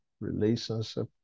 relationship